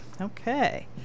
okay